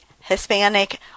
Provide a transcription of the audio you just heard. Hispanic